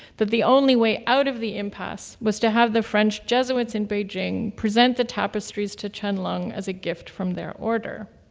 that the only way out of the impasse was to have the french jesuits in beijing present the tapestries to qianlong as a gift from their order.